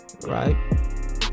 right